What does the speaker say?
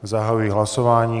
Zahajuji hlasování.